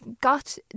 got